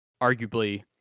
arguably